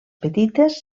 petites